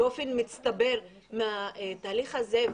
באופן מצטבר מהתהליך הזה.